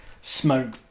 smoke